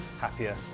happier